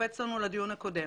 קופץ לנו לדיון הקודם.